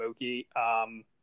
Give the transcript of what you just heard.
Mookie